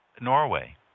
Norway